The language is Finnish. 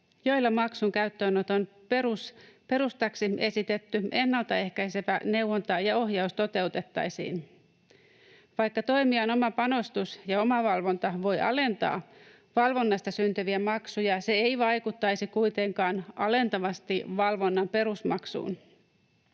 joilla maksun käyttöönoton perustaksi esitetty ennaltaehkäisevä neuvonta ja ohjaus toteutettaisiin. Vaikka toimijan oma panostus ja omavalvonta voivat alentaa valvonnasta syntyviä maksuja, se ei vaikuttaisi kuitenkaan alentavasti valvonnan perusmaksuun.